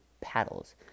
paddles